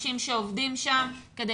האנשים שעובדים שם כדי